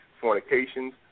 fornications